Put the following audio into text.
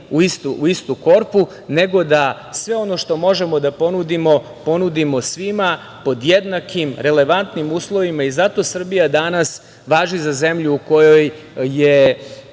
u istu korpu, nego da sve ono što možemo da ponudimo, ponudimo svima, pod jednakim, relevantnim uslovima. Zato Srbija danas važi za zemlju u kojoj je